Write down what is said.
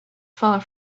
far